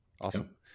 Awesome